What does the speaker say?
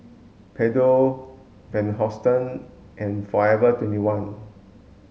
Pedro Van Houten and Forever twenty one